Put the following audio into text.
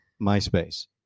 MySpace